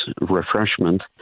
refreshment